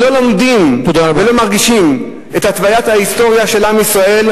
שלא לומדים ולא מרגישים את התוויית ההיסטוריה של עם ישראל,